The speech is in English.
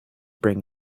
bring